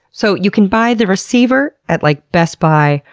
so you can buy the receiver at like best buy,